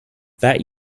that